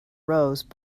rose